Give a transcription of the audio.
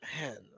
Man